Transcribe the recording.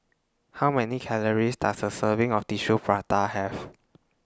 How Many Calories Does A Serving of Tissue Prata Have